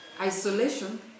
isolation